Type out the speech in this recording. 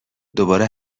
دوباره